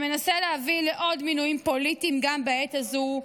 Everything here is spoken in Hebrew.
שמנסה להביא לעוד מינויים פוליטיים גם בעת הזו,